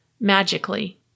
magically